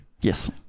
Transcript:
Yes